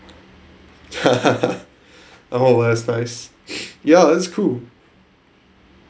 oh that's nice ya that's cool